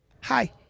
Hi